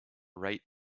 rate